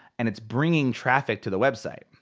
and it's bringing traffic to the website,